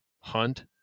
hunt